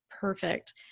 Perfect